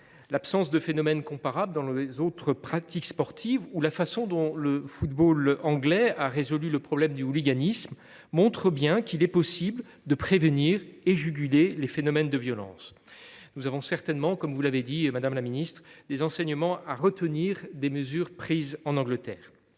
L’absence de phénomènes comparables dans les autres pratiques sportives ou la façon dont le football anglais a résolu le problème du hooliganisme montrent bien qu’il est possible de prévenir et juguler les phénomènes de violence. Nous avons certainement, comme vous l’avez dit, madame la ministre, des enseignements à retenir des mesures prises en Angleterre.